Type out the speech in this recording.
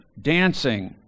dancing